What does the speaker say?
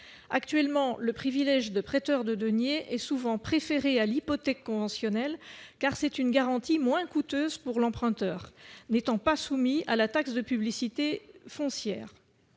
Actuellement, le privilège de prêteur de deniers est souvent préféré à l'hypothèque conventionnelle, car c'est une garantie moins coûteuse pour l'emprunteur, n'étant pas soumis à la taxe de publicité foncière.